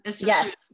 yes